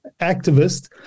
activist